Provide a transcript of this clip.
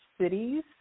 cities